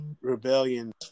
rebellion